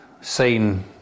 seen